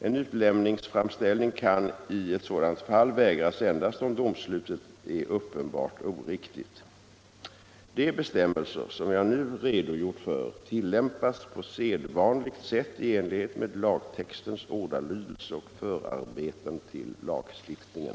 En utlämningsframställning kan i ett sådant fall vägras endast om domslutet är uppenbart oriktigt. De bestämmelser som jag nu har redogjort för tillämpas på sedvanligt sätt i enlighet med lagtextens ordalydelse och förarbetena till lagstiftningen.